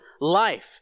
life